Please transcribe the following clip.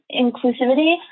inclusivity